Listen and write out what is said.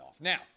Now